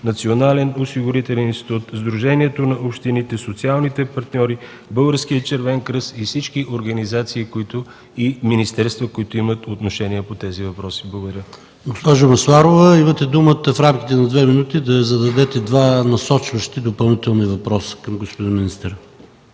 Националният осигурителен институт, Сдружението на общините, социалните партньори, Българският червен кръст и всички организации и министерства, които имат отношение по тези въпроси. Благодаря. ПРЕДСЕДАТЕЛ ПАВЕЛ ШОПОВ: Госпожо Масларова, имате думата да зададете два насочващи допълнителни въпроса към господин министъра.